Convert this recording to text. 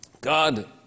God